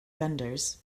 vendors